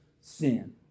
sin